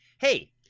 Hey